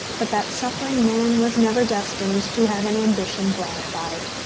but that suffering man was never destined to have an ambition gratified.